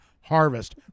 harvest